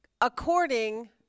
according